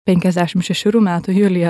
penkiasdešim šešerių metų julija